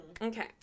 Okay